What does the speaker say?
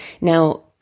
Now